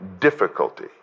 difficulty